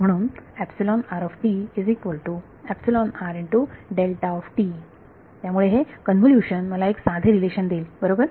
म्हणून त्यामुळे हे कन्व्होल्युशन मला एक साधे रिलेशन देईल बरोबर